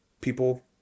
people